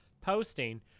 posting